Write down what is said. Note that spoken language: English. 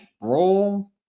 role